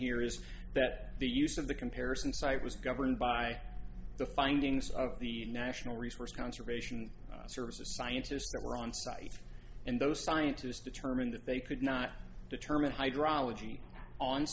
here is that the use of the comparison site was governed by the findings of the national resource conservation service scientists that were on site and those scientists determined that they could not determine hydr